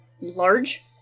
large